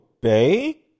Bay